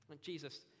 Jesus